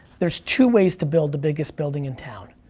there's two ways to build the biggest building in town,